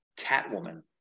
Catwoman